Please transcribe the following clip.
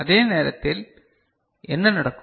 அந்த நேரத்தில் என்ன நடக்கும்